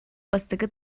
бастакы